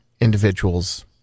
individuals